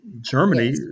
Germany